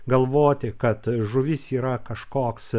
galvoti kad žuvis yra kažkoks